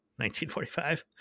1945